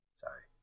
sorry